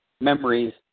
memories